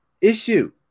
issue